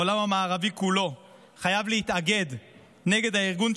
העולם המערבי כולו חייב להתאגד נגד הארגון,